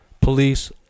police